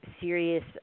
serious